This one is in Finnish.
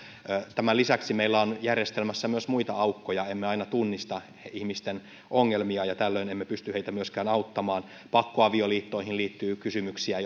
tämän lisäksi meillä on järjestelmässä myös muita aukkoja emme aina tunnista ihmisten ongelmia ja tällöin emme pysty heitä myöskään auttamaan pakkoavioliittoihin liittyy kysymyksiä